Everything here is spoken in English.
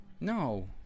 No